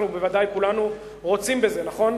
אנחנו בוודאי כולנו רוצים בזה, נכון?